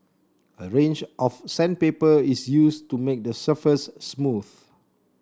a range of sandpaper is used to make the surface smooth